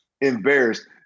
embarrassed